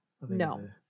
No